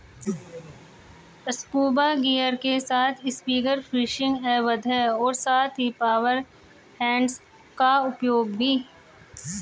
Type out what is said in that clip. scuba gear के साथ spear fishing अवैध है और साथ ही पावर हेड्स का उपयोग भी